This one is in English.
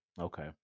Okay